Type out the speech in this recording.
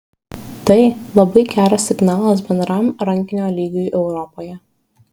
tai labai geras signalas bendram rankinio lygiui europoje